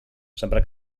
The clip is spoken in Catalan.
sempre